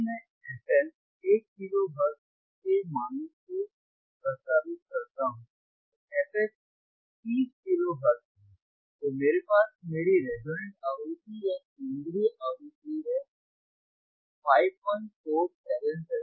यदि मैं fL 1 kilo hertz के मानों को प्रतिस्थापित करता हूं तो fH 30 किलो हर्ट्ज है तो मेरे पास मेरी रेसोनैंट आवृत्ति या केंद्रीय आवृत्ति है 5477 किलो हर्ट्ज़